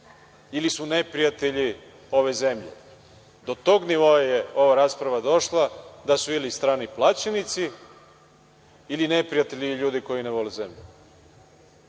ili su neprijatelji ove zemlje. Do tog nivoa je ova rasprava došla da su ili strani plaćenici ili neprijatelji ili ljudi koji ne vole zemlju.